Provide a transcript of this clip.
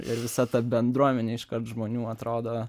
ir visa ta bendruomenė iškart žmonių atrodo